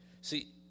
See